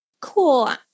cool